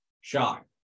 shock